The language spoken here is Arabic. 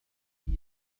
بأني